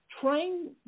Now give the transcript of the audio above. Train